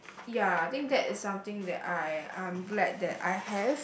ya think that is something that I I'm glad that I have